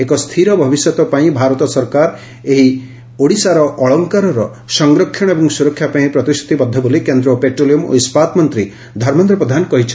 ଏକ ସ୍ଥିର ଭବିଷ୍ୟତ ପାଇଁ ଭାରତ ସରକାର ଏହି 'ଓଡ଼ିଶାର ଅଳଙ୍କାର'ର ସଂରକ୍ଷଣ ଏବଂ ସୁରକ୍ଷା ପାଇଁ ପ୍ରତିଶ୍ରତିବଦ୍ଧ ବୋଲି କେନ୍ଦ୍ ପେଟ୍ରୋଲିୟମ୍ ଓ ଇସ୍ୱାତ ମନ୍ତୀ ଧର୍ମେନ୍ଦ୍ର ପ୍ରଧାନ କହିଚ୍ଚନ୍ତି